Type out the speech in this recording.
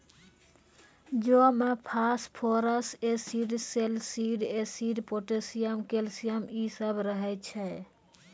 जौ मे phosphorus acid, salicylic acid, potassium, calcium इ सभ रहै छै